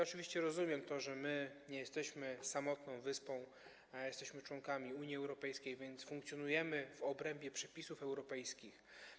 Oczywiście rozumiem to, że nie jesteśmy samotną wyspą, jesteśmy członkiem Unii Europejskiej, więc funkcjonujemy w obrębie przepisów europejskich.